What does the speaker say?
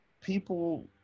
people